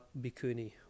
Bikuni